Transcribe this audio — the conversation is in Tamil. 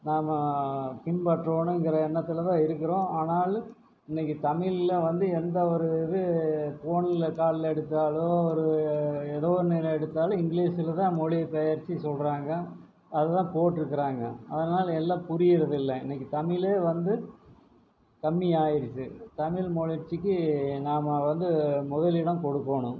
நாம்ம பின்பற்றுவோங்கிற எண்ணத்தில்தான் இருக்கிறோம் ஆனால் இன்னைக்கு தமிழில் வந்து எந்த ஒரு இது ஃபோனில் காலில் எடுத்தாலும் ஓரு எதோ ஒன்று எடுத்தாலும் இங்கிலீஷில் தான் மொழி பெயர்ச்சி சொல்றாங்க அதுதான் போட்ருக்குறாங்க அதனால் எல்லாம் புரியிறது இல்லை இன்னைக்கு தமிழே வந்து கம்மி ஆயிடிச்சி தமிழ் மொர்ச்சிக்கி நாம வந்து முதல் இடம் கொடுக்கோணும்